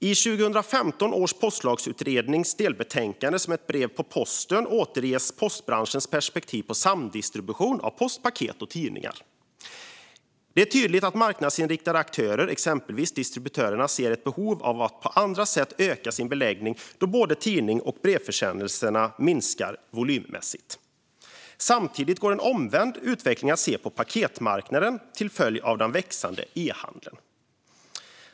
I 2015 års postlagsutrednings delbetänkande Som ett brev på posten återges postbranschens perspektiv på samdistribution av post, paket och tidningar. Det är tydligt att marknadsinriktade aktörer, exempelvis distributörerna, ser ett behov av att på andra sätt öka sin beläggning då både tidningar och brevförsändelser minskar volymmässigt. Samtidigt går en omvänd utveckling att se på paketmarknaden, till följd av den växande e-handeln.